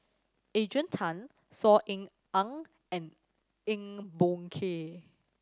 Adrian Tan Saw Ean Ang and Eng Boh Kee